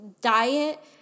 diet